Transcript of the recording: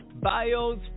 bios